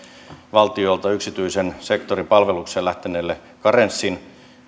valtiolta yksityisen sektorin palvelukseen lähteneelle karenssin